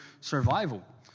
survival